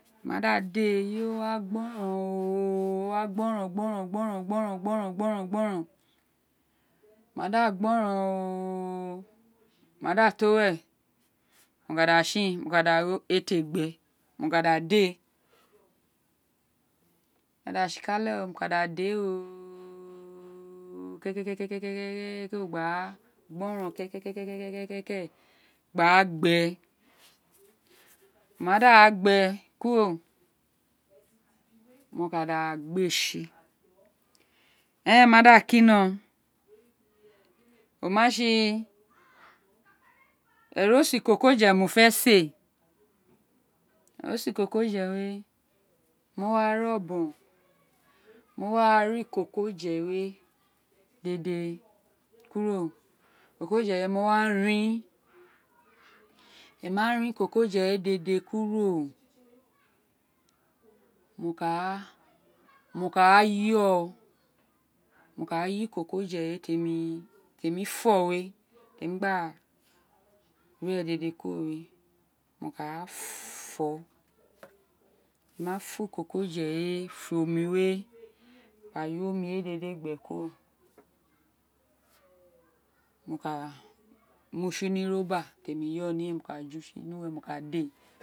Mo ma da di éè eyi owa gboron oooo owa gboron gboron gboron gboron oma da da gboron gboron ooo mo ma da to uwe ma kaida son éé ti eqbe gbe mo ka da dieè, mo qka da tsikate mu da de oooooo ke ke ke ke ke ke o ka gboron kekekekeke gba gbe oma da gbe kuru pro kada albe tsi eren ma da king o matsi eroso i kokodie mofe slee eroso jko kodie we mo wa re bon mo wa ri iko kodie we dédè keno ikso ko die mo wa rin emi ma rm iko ko die we dede kuro mo ka yo mi ka yo lko ko die we temi temi fo we temi gbe re dede kuro we mo ka fo mo ma fo iko ko diẽ we fo omi we wo kã yo omi we dede gbi gbe kuro mo ka me tsi ní temi yo ni ren mo ka ju tsi nuwe mo ka di éè.